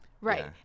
Right